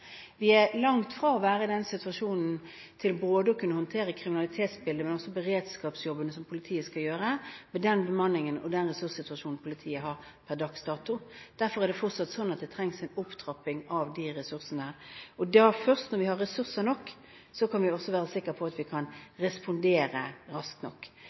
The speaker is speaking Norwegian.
Vi er langt fra å være i den situasjonen at vi både kan håndtere kriminalitetsbildet og de beredskapsjobbene som politiet skal gjøre med den bemanningen og den ressurssituasjonen politiet har per dags dato. Derfor er det fortsatt sånn at det trengs en opptrapping av de ressursene. Først når vi har ressurser nok, kan vi også være sikre på at vi kan respondere raskt nok.